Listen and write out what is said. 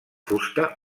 fusta